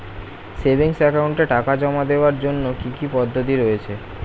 Savings একাউন্টে টাকা জমা দেওয়ার জন্য কি কি পদ্ধতি রয়েছে?